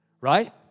right